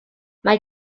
mae